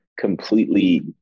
completely